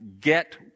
get